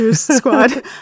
squad